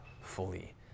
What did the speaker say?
fully